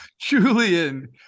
Julian